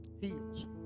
heals